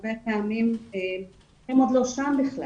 הרבה פעמים הם עוד לא שם בכלל.